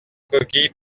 coquilles